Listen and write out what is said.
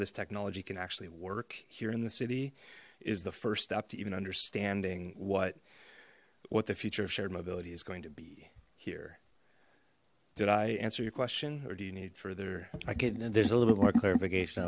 this technology can actually work here in the city is the first step to even understanding what what the future of shared mobility is going to be here did i answer your question or do you need further i can't there's a little bit more clarification